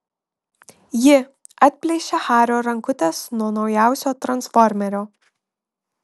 ji atplėšia hario rankutes nuo naujausio transformerio